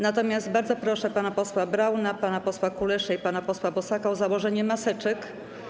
Natomiast bardzo proszę pana posła Brauna, pana posła Kuleszę i pana posła Bosaka o założenie maseczek.